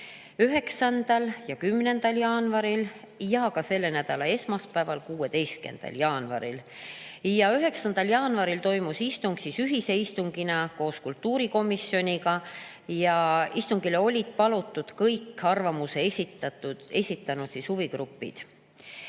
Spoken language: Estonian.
9. ja 10. jaanuaril ja selle nädala esmaspäeval, 16. jaanuaril. 9. jaanuaril toimus istung ühise istungina koos kultuurikomisjoniga. Istungile olid palutud kõik arvamuse esitanud huvigrupid.